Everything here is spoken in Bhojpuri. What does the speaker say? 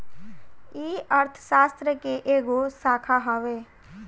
ई अर्थशास्त्र के एगो शाखा हवे